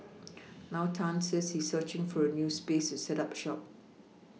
now Tan says he is searching for a new space to set up shop